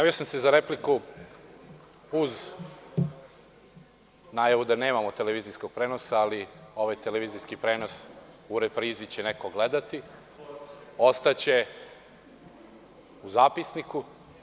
Javio sam se za repliku uz najavu da nemamo televizijski prenos, ali ovaj televizijski prenos u reprizi će neko gledati, ostaće u zapisniku.